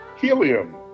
helium